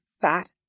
fat